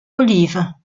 olive